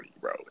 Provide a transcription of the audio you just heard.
bro